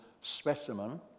specimen